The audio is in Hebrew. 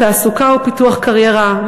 תעסוקה ופיתוח קריירה,